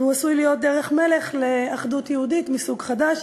הוא עשוי להיות דרך מלך לאחדות יהודית מסוג חדש.